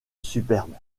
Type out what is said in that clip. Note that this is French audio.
superbe